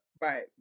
right